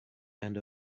and